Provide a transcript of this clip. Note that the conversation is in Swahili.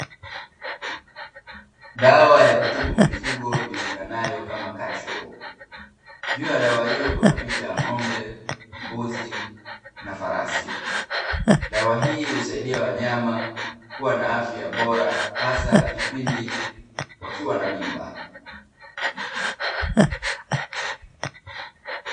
Dawa ya kutibu mifugo ijulikanayo kama catch Worm. Juu ya dawa hiyo kuna picha ya ng'ombe, mbuzi na farasi, dawa hii husaidia wanyama kuwa na afya bora hasa kipindi wakiwa na mimba.